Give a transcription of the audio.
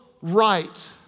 right